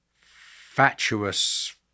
fatuous